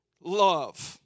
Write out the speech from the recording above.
love